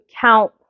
count